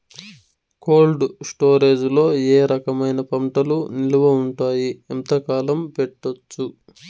Cold storage లో ఏ రకమైన పంటలు నిలువ ఉంటాయి, ఎంతకాలం పెట్టొచ్చు?